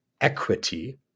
equity